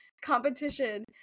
competition